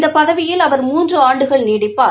இந்த பதவியில் அவர் மூன்று ஆண்டுகள் நீடிப்பார்